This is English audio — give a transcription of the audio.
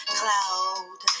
cloud